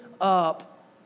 up